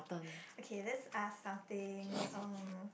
okay let's ask something um